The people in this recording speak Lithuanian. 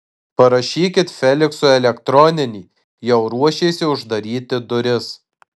parašykit feliksui elektroninį jau ruošėsi uždaryti duris